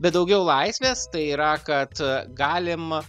bet daugiau laisvės tai yra kad galim